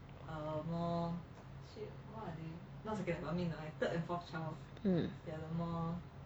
hmm